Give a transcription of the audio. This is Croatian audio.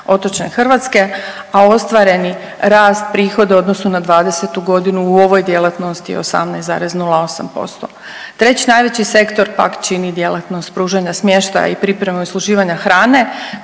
otočne Hrvatske, a ostvareni rast prihoda u odnosu na '20. g. u ovoj djelatnosti je 18,08%. Treći najveći sektor pak čini djelatnost pružanja smještaja i pripremu i usluživanja hrane,